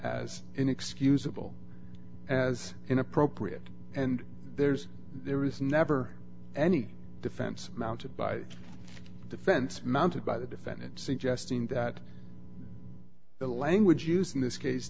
as inexcusable as inappropriate and there's there is never any defense mounted by the defense mounted by the defendant suggesting that the language used in this case